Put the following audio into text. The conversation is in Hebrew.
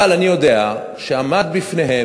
אבל אני יודע שעמדה בפניהם,